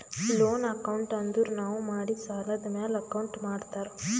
loan account ಅಂದುರ್ ನಾವು ಮಾಡಿದ್ ಸಾಲದ್ ಮ್ಯಾಲ ಅಕೌಂಟ್ ಮಾಡ್ತಾರ್